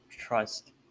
trust